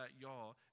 y'all